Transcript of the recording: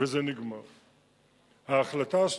זה פרויקט של משרד השיכון, וזה נגמר.